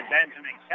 Benjamin